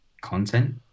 content